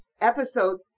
episode